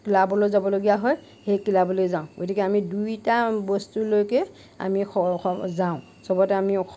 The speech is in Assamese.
ক্লাবলৈ যাবলগীয়া হয় সেই ক্লাবলৈ যাওঁ গতিকে আমি দুয়োটা বস্তুলৈকে আমি যাওঁ সবতে আমি